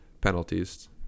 penalties